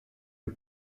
and